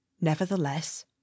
Nevertheless